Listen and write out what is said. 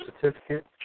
certificate